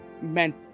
meant